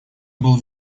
был